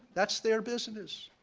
that's their business.